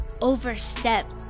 overstep